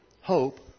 hope